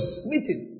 smitten